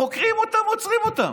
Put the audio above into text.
חוקרים אותם, עוצרים אותם.